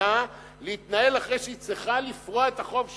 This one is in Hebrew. המדינה להתנהל אחרי שהיא צריכה לפרוע את החוב שלה.